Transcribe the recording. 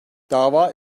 dava